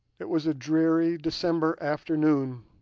it was a dreary december afternoon,